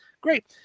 great